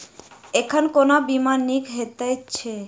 एखन कोना बीमा नीक हएत छै?